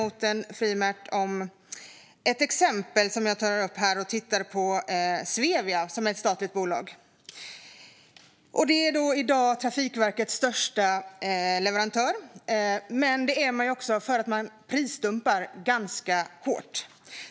Ett exempel som jag tar upp och tittar på här är det statliga bolaget Svevia. Det är i dag Trafikverkets största leverantör, men det är man också för att man prisdumpar ganska hårt.